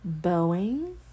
Boeing